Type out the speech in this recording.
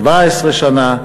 17 שנה,